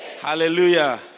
Hallelujah